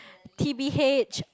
t_b_h